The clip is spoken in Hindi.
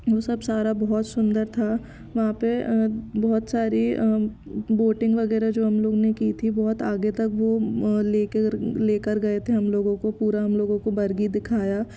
वो सब सारा बहुत सुंदर था वहाँ पे बहुत सारी बोटिंग वगैरह जो हम लोग ने की थी बहुत आगे तक वो लेकर लेकर गए थे हम लोगों को पूरा हम लोगों को बरगी दिखाया